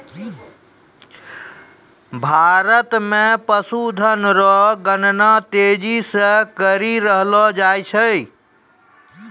भारत मे पशुधन रो गणना तेजी से करी रहलो जाय छै